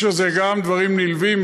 יש לזה גם דברים נלווים,